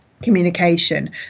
communication